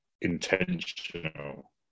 intentional